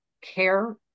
care